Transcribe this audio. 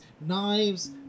Knives